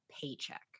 paycheck